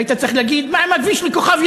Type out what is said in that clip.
היית צריך להגיד: מה עם הכביש לכוכב-יאיר?